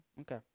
Okay